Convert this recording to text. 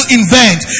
invent